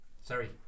Sorry